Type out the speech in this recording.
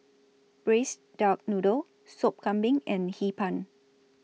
Braised Duck Noodle Sop Kambing and Hee Pan